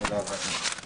אנחנו לא מתקצבים אותם,